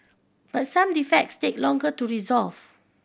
but some defects take longer to resolve